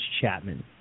Chapman